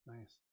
Nice